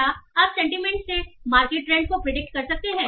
क्या आप सेंटीमेंट से मार्केट ट्रेंड को प्रिडिक्ट सकते हैं